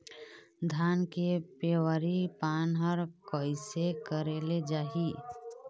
धान के पिवरी पान हर कइसे करेले जाही?